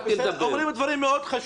אומרים דברים מאוד חשובים.